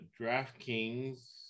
DraftKings